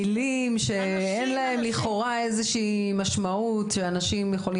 מילים שאין להם לכאורה איזו שהיא משמעות של אנשים,